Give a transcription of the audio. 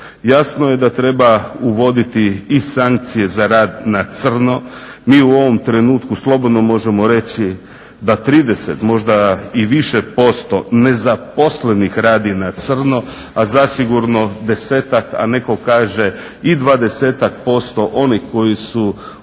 Jasno je da treba uvoditi i sankcije za rad na crno. Mi u ovom trenutku slobodno možemo reći da 30 možda i više posto nezaposlenih radi na crno, a zasigurno 10-ak a netko kaže i 20-ak% onih koji su u